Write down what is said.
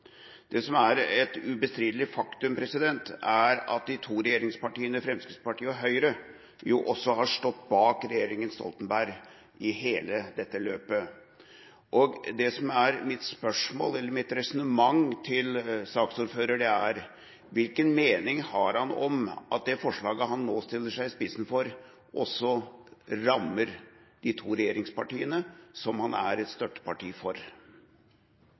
Det som er et ubestridelig faktum, er at de to regjeringspartiene, Fremskrittspartiet og Høyre, også har stått bak regjeringa Stoltenberg i hele dette løpet. Det som er mitt spørsmål, eller mitt resonnement, til saksordføreren, er: Hvilken mening har han om at det forslaget han nå stiller seg i spissen for, også rammer de to regjeringspartiene som hans parti er et støtteparti for?